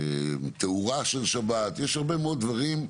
בתאורה של שבת, ובעוד דברים,